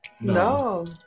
no